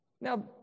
Now